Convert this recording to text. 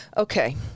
Okay